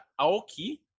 Aoki